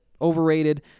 overrated